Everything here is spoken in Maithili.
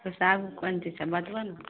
हिसाब कोन चीजके बतबऽ ने